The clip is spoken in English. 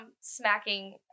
smacking